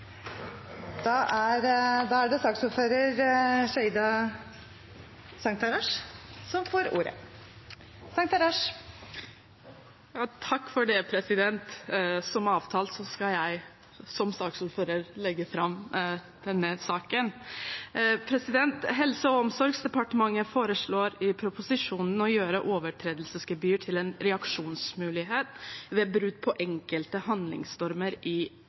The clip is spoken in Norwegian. da anses det vedtatt. Som avtalt skal jeg legge fram denne saken som saksordfører. Helse- og omsorgsdepartementet foreslår i proposisjonen å gjøre overtredelsesgebyr til en reaksjonsmulighet ved brudd på enkelte handlingsnormer i